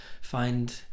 find